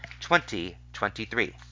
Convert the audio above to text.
2023